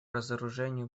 разоружению